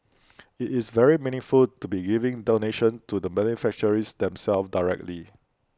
IT is very meaningful to be giving donations to the beneficiaries themselves directly